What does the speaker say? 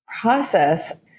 process